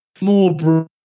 more